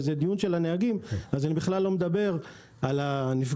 וזה דיון על הנהגים אז אני בכלל לא מדבר על הנפגעים.